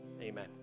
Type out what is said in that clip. Amen